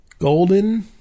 Golden